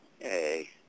Hey